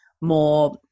more –